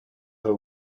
her